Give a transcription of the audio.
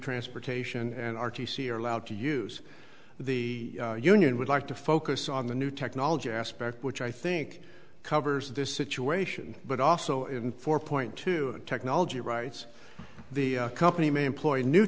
transportation and r t c are allowed to use the union would like to focus on the new technology aspect which i think covers this situation but also in four point two technology rights the company may employ a new